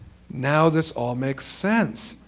now this all makes sense.